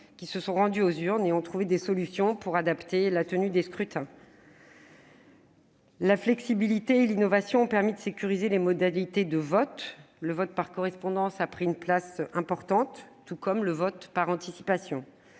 qui se sont rendus aux urnes et ont trouvé des solutions pour adapter la tenue des scrutins. La flexibilité et l'innovation ont permis de sécuriser les modalités de vote. Le vote par correspondance a pris une place importante, tout comme le vote par anticipation.